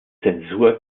zensur